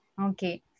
Okay